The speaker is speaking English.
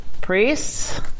Priests